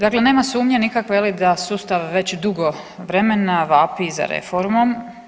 Dakle, nema sumnje nikakve je li da sustav već dugo vremena vapi za reformom.